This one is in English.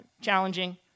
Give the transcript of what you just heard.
challenging